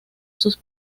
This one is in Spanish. sus